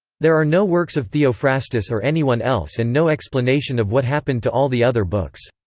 there are no works of theophrastus or anyone else and no explanation of what happened to all the other books.